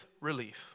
relief